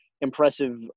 impressive